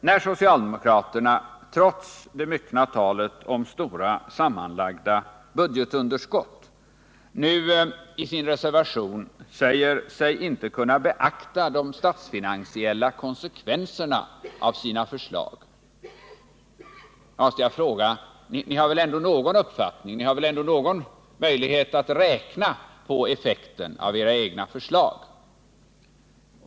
När socialdemokraterna trots det myckna talet om det stora sammanlagda budgetunderskottet nu i sin reservation säger sig inte kunna beakta de statsfinansiella konsekvenserna av sina förslag, måste jag fråga Kjell-Olof Feldt: Ni har väl ändå någon uppfattning? Ni har väl ändå någon möjlighet att räkna på effekten av era egna förslag?